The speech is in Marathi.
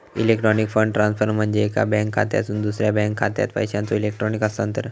इलेक्ट्रॉनिक फंड ट्रान्सफर म्हणजे एका बँक खात्यातसून दुसरा बँक खात्यात पैशांचो इलेक्ट्रॉनिक हस्तांतरण